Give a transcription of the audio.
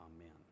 Amen